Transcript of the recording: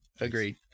Agreed